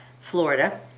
Florida